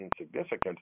insignificant